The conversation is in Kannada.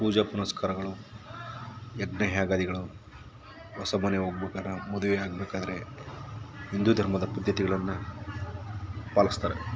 ಪೂಜೆ ಪುನಸ್ಕಾರಗಳು ಯಜ್ಞ ಯಾಗಾದಿಗಳು ಹೊಸ ಮನೆಗೆ ಹೋಗ್ಬೇಕಾರ ಮದುವೆಯಾಗ್ಬೇಕಾದ್ರೆ ಹಿಂದೂ ಧರ್ಮದ ಪದ್ದತಿಗಳನ್ನು ಪಾಲಿಸ್ತಾರೆ